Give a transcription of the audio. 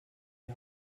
die